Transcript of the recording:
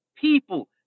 people